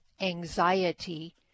anxiety